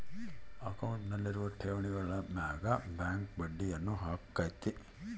ಅಕೌಂಟ್ನಲ್ಲಿರುವ ಠೇವಣಿಗಳ ಮೇಗ ಬ್ಯಾಂಕ್ ಬಡ್ಡಿಯನ್ನ ಹಾಕ್ಕತೆ